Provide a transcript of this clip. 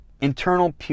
internal